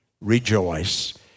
rejoice